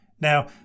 Now